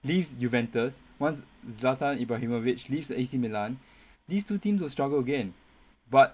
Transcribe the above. leaves Juventus once zlatan ibrahimovic leaves the A_C Milan these two teams will struggle again but